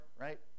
right